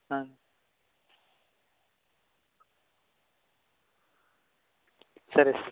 సరే సార్